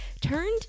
turned